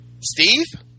Steve